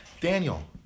Daniel